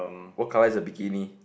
what color is the bikini